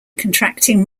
contracting